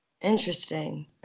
Interesting